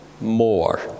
more